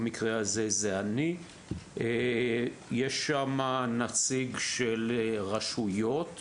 במקרה הזה זה אני; נציג של רשויות;